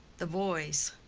the boys.